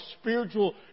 spiritual